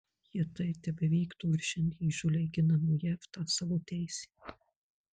jie tai tebevykdo ir šiandien įžūliai gina nuo jav tą savo teisę